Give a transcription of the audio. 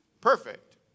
perfect